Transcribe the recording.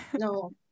No